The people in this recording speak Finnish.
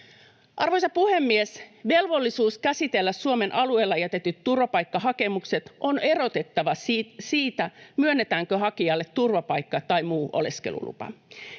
Arvoisa puhemies! Velvollisuus käsitellä Suomen alueella jätetyt turvapaikkahakemukset on erotettava siitä, myönnetäänkö hakijalle turvapaikka tai muu oleskelulupa.